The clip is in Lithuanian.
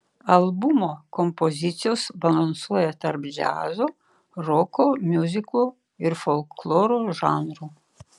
albumo kompozicijos balansuoja tarp džiazo roko miuziklo ir folkloro žanrų